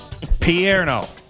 Pierno